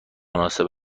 مناسب